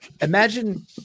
imagine